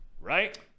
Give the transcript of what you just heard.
right